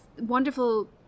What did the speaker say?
wonderful